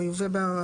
המיובא,